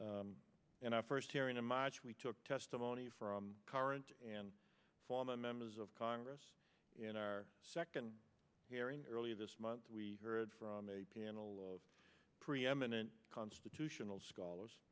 policy and i first hearing in march we took testimony from current and former members of congress in our second hearing earlier this month we heard from a panel of preeminent constitutional scholars